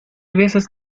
veces